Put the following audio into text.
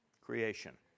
creation